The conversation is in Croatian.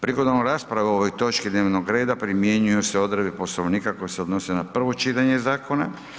Prigodom rasprave o ovoj točki dnevnog reda primjenjuju se odredbe Poslovnika koje se odnose na prvo čitanje zakona.